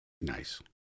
Nice